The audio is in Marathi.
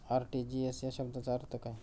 आर.टी.जी.एस या शब्दाचा अर्थ काय?